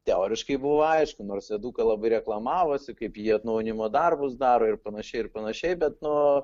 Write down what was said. teoriškai buvo aišku nors eduka labai reklamavosi kaip jie atnaujinimo darbus daro ir panašiai ir panašiai bet nu